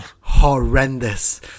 horrendous